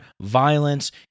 violence